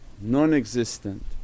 non-existent